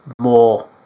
More